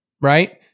right